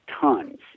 tons